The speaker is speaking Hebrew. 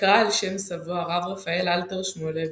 נקרא על שם סבו, הרב רפאל אלתר שמואלביץ,